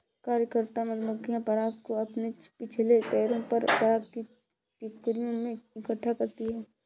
कार्यकर्ता मधुमक्खियां पराग को अपने पिछले पैरों पर पराग की टोकरियों में इकट्ठा करती हैं